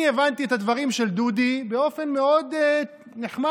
אני הבנתי את הדברים של דודי באופן מאוד נחמד.